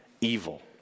evil